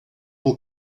will